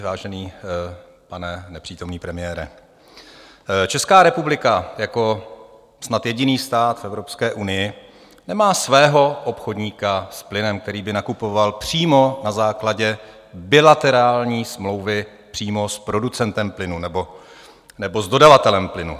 Vážený pane nepřítomný premiére, Česká republika jako snad jediný stát v Evropské unii nemá svého obchodníka s plynem, který by nakupoval přímo na základě bilaterální smlouvy přímo s producentem plynu nebo s dodavatelem plynu.